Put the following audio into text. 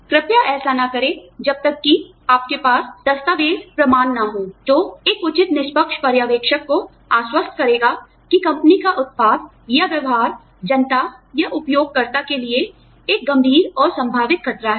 कृपया ऐसा न करें जब तक कि आपके पास दस्तावेज़ साक्ष्य दस्तावेज़ प्रमाण न हों जो एक उचित निष्पक्ष पर्यवेक्षक को आश्वस्त करेगा कि कंपनी का उत्पाद या व्यवहार जनता या उपयोगकर्ता के लिए एक गंभीर और संभावित खतरा है